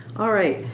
alright.